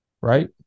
Right